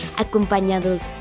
acompañados